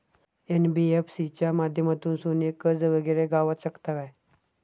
NBFC च्या माध्यमातून सोने कर्ज वगैरे गावात शकता काय?